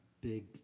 big